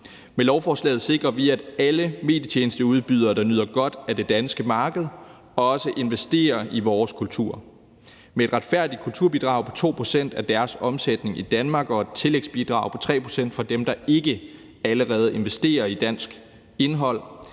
Med lovforslaget sikrer vi, at alle medietjenesteudbydere, der nyder godt af det danske marked, også investerer i vores kultur. Med et retfærdigt kulturbidrag på 2 pct. af deres omsætning i Danmark og et tillægsbidrag på 3 pct. for dem, der ikke allerede investerer i dansk indhold,